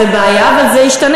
זו בעיה, אבל זה ישתנה.